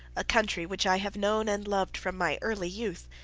a country which i have known and loved from my early youth.